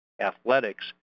athletics